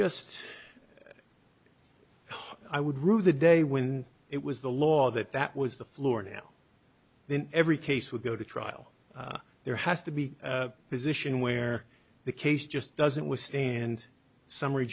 just i would rule the day when it was the law that that was the floor now in every case would go to trial there has to be a position where the case just doesn't was stand summary